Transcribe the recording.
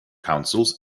councils